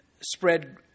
spread